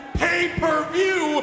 pay-per-view